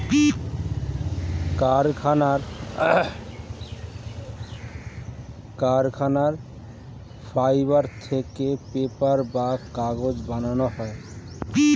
কলকারখানায় ফাইবার থেকে পেপার বা কাগজ বানানো হয়